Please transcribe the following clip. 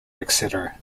etc